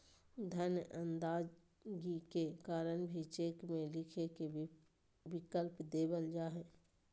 धन अदायगी के कारण भी चेक में लिखे के विकल्प देवल जा हइ